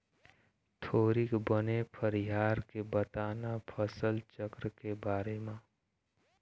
थोरिक बने फरियार के बता न फसल चक्र के बारे म